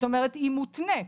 היא מותנית.